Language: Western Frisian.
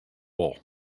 wol